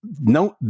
no